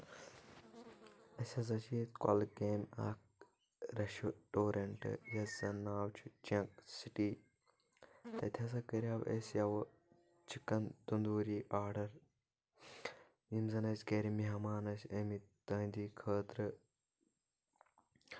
أسۍ حظ چھ ییٚتۍ کۄلگامہِ اکھ ریسٹورنٹ یَتھ زَن ناو چھُ چنک سٹی تَتہِ ہسا کریاو اَسہِ یَوٕ چکن تندوری آڈر یِم زَن اَسہِ گرِ مہمان ٲسۍ ٲمتۍ تہنٛدی خٲطرٕ